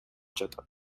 жатат